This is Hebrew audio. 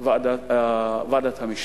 ועדת המשנה.